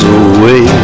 away